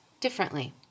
differently